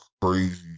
crazy